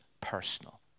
personal